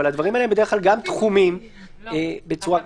אבל הדברים האלה בדרך כלל גם תחומים --- רק כאלה שהם לא תחומים.